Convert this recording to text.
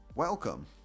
Welcome